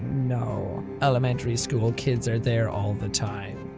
no. elementary school kids are there all the time.